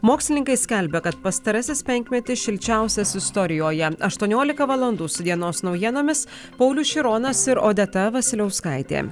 mokslininkai skelbia kad pastarasis penkmetis šilčiausias istorijoje aštuoniolika valandų su dienos naujienomis paulius šironas ir odeta vasiliauskaitė